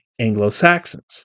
Anglo-Saxons